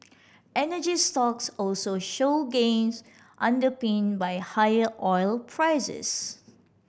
energy stocks also showed gains underpinned by higher oil prices